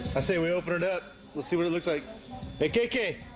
i say we open it up let's see what it looks like hey kk